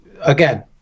Again